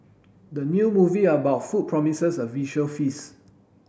the new movie about food promises a visual feast